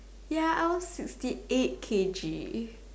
ya I was fifty eight kg